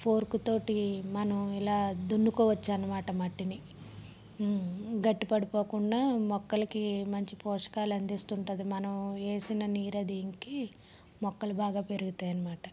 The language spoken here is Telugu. ఫోర్క్తో మనం ఇలా దున్నుకోవచ్చు అన్నమాట మట్టిని గట్టి పడిపోకుండా మొక్కలకి మంచి పోషకాలు అందిస్తూ ఉంటుంది మనం వేసిన నీరు అంది ఇంకి మొక్కలు బాగా పెరుగుతాయి అన్నమాట